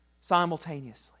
simultaneously